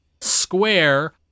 Square